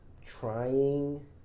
trying